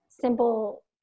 simple